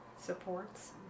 Supports